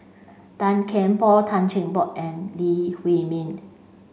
Tan Kian Por Tan Cheng Bock and Lee Huei Min